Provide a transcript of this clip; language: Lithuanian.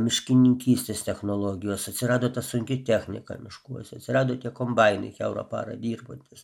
miškininkystės technologijos atsirado ta sunki technika miškuose atsirado tie kombainai kiaura parą dirbantys